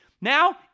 Now